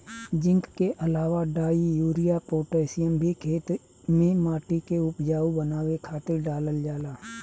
zinc के अलावा डाई, यूरिया, पोटैशियम भी खेते में माटी के उपजाऊ बनावे खातिर डालल जाला